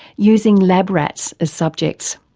using lab rats as subjects.